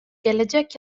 gelecek